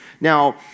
Now